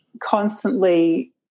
constantly